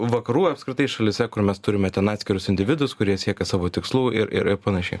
vakarų apskritai šalyse kur mes turime ten atskirus individus kurie siekia savo tikslų ir ir panašiai